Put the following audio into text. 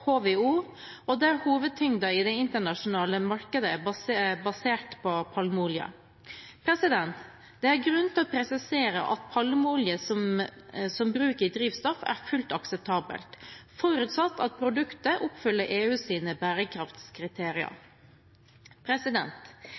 HVO, der hovedtyngden i det internasjonale markedet er basert på palmeolje. Det er grunn til å presisere at palmeolje som bruk i drivstoff er fullt akseptabelt forutsatt at produktet oppfyller EUs bærekraftskriterier.